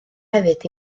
hefyd